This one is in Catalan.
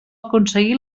aconseguí